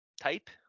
Type